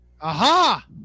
Aha